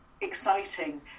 exciting